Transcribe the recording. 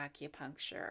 acupuncture